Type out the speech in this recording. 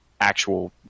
actual